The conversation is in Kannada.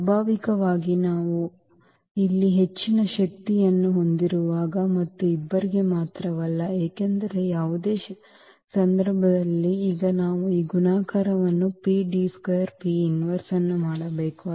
ಸ್ವಾಭಾವಿಕವಾಗಿ ನಾವು ಇಲ್ಲಿ ಹೆಚ್ಚಿನ ಶಕ್ತಿಯನ್ನು ಹೊಂದಿರುವಾಗ ಮತ್ತು ಇಬ್ಬರಿಗೆ ಮಾತ್ರವಲ್ಲ ಏಕೆಂದರೆ ಯಾವುದೇ ಸಂದರ್ಭದಲ್ಲಿ ಈಗ ನಾವು ಈ ಗುಣಾಕಾರ ಅನ್ನು ಮಾಡಬೇಕು